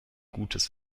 gutes